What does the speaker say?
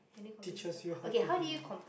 teaches you how to be